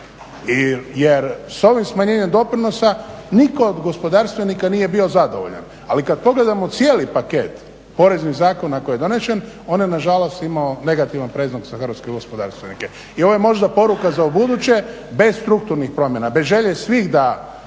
jer s ovim smanjenjem doprinosa nitko od gospodarstvenika nije bio zadovoljan. Ali kad pogledamo cijeli paket poreznih zakona koji je donesen on je nažalost imao negativan predznak za hrvatske gospodarstvenike. I ovo je možda poruka za ubuduće bez strukturnih promjena, bez želje svih da